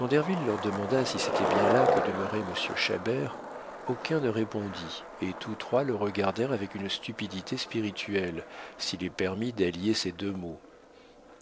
derville leur demanda si c'était bien là que demeurait monsieur chabert aucun ne répondit et tous trois le regardèrent avec une stupidité spirituelle s'il est permis d'allier ces deux mots